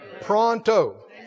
pronto